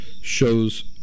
shows